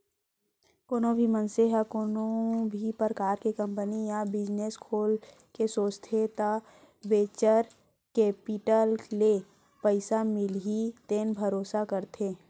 कोनो भी मनसे ह कोनो भी परकार के कंपनी या बिजनेस खोले के सोचथे त वेंचर केपिटल ले पइसा मिलही तेन भरोसा करथे